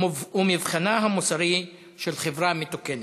ומבחנה המוסרי של חברה מתוקנת.